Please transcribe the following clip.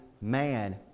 man